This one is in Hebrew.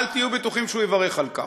אל תהיו בטוחים שהוא יברך על כך.